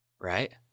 Right